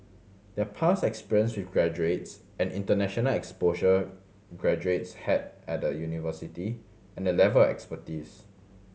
their past experience with graduates and international exposure graduates had at the university and the level expertise